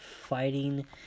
fighting